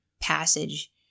passage